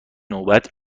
نوبت